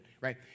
right